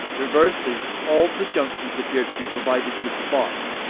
reversely, all the junctions appear to be provided with spots.